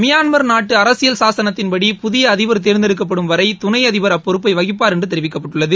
Myanmar நாட்டுஅரசியல் சாசனத்தின்படி புதியஅதிபர் தேர்ந்தெடுக்கப்படும் வரை துணைஅதிபர் அப்பொறுப்பைவகிப்பார் என்றுதெரிவிக்கப்பட்டுள்ளது